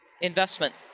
investment